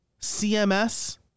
CMS